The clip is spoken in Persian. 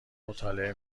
مطالعه